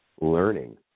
learning